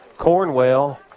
Cornwell